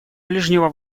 ближнего